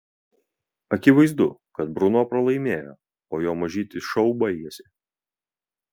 akivaizdu kad bruno pralaimėjo o jo mažytis šou baigėsi